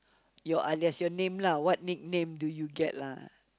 your alias your name lah what nickname do you get lah